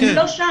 הם לא שם.